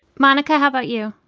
monica how about you?